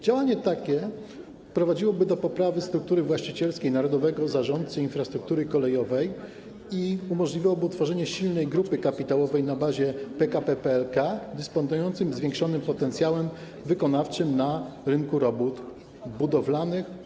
Działanie takie prowadziłoby do poprawy struktury właścicielskiej narodowego zarządcy infrastruktury kolejowej i umożliwiałoby tworzenie silnej grupy kapitałowej na bazie PKP PKL dysponującej zwiększonym potencjałem wykonawczym na rynku robót budowlanych.